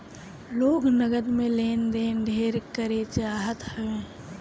लोग नगद में लेन देन ढेर करे चाहत हवे